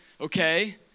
Okay